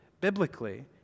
biblically